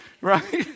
Right